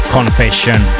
Confession